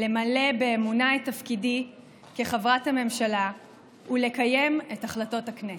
למלא באמונה את תפקידי כחברת הממשלה ולקיים את החלטות הכנסת.